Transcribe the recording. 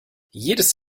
jedes